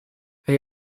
they